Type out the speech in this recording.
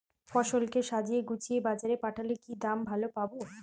ফসল কে সাজিয়ে গুছিয়ে বাজারে পাঠালে কি দাম ভালো পাব?